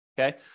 okay